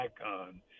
icon